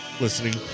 listening